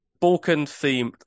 Balkan-themed